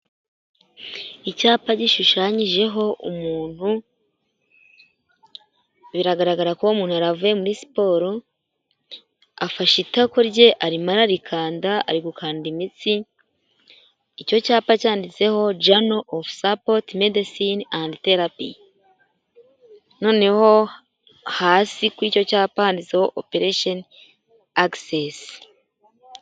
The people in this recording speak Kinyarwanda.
Icyapa gishushanyijeho umuntu biragaragara ko umuntu ara avuye muri siporo, afashe itako rye arimara rikanda ari gukanda imitsi, icyo cyapa cyanditseho jano ofu sapoti medesine andi terapi. Noneho hasi kuri icyo cyapa handitseho opereshoni akisesi.